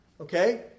Okay